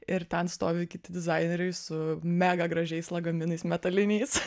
ir ten stovi kiti dizaineriai su mega gražiais lagaminais metaliniais